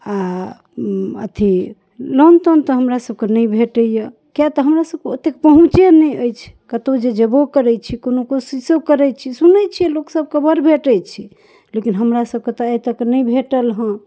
आ अथी लोन तोन तऽ हमरा सबके नहि भेटैया किए तऽ हमरा सबके ओते पहुँच नहि अछि कतौ जे जेबो करै छी कोनो कोशिशो करै छी सुनै छियै लोक सबके बड़ भेटै छै लेकिन हमरा सबके तऽ आइ तक नहि भेटल हँ